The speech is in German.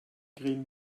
grillen